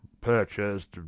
purchased